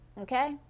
okay